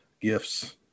gifts